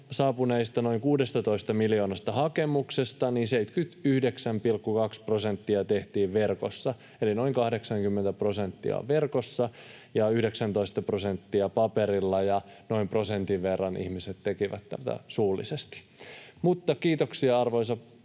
saapuneista noin 16 miljoonasta hakemuksesta 79,2 prosenttia tehtiin verkossa, eli noin 80 prosenttia on verkossa ja 19 prosenttia paperilla, ja noin prosentin verran ihmiset tekivät tätä suullisesti. Kiitoksia, arvoisa puhemies!